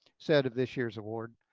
said at this year's award,